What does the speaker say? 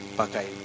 pakai